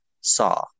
saw